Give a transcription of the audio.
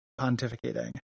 pontificating